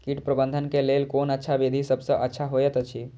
कीट प्रबंधन के लेल कोन अच्छा विधि सबसँ अच्छा होयत अछि?